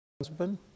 husband